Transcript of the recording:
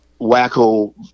wacko